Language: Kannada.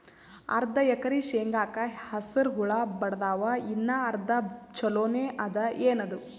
ಅರ್ಧ ಎಕರಿ ಶೇಂಗಾಕ ಹಸರ ಹುಳ ಬಡದಾವ, ಇನ್ನಾ ಅರ್ಧ ಛೊಲೋನೆ ಅದ, ಏನದು?